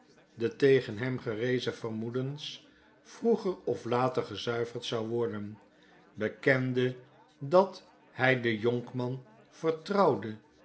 de tegen hem gerezen vermoedens vroeger of later gezuiverd zou worden bekende dat hy den jonkman vertrouwde